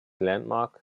landmark